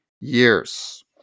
years